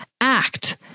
act